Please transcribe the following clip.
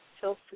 Phil